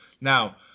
Now